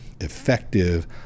effective